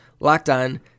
LOCKEDON